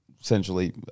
essentially